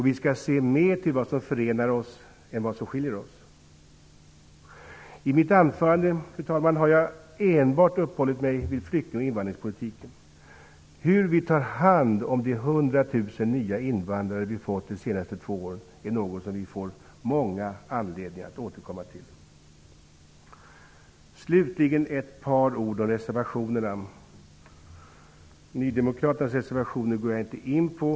Vi skall se mer till det som förenar oss än till det som skiljer oss. Fru talman! I mitt anförande har jag enbart uppehållit mig vid flykting och invandrarpolitiken. Hur vi tar hand om de 100 000 nya invandrare vi fått de senaste två åren kommer vi att få många anledningar att återkomma till. Slutligen vill jag säga ett par ord om reservationerna. Nydemokraternas reservationer går jag inte in på.